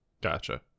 Gotcha